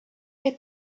est